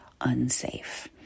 unsafe